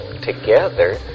together